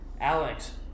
Alex